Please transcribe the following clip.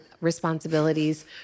responsibilities